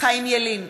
חיים ילין,